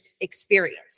experience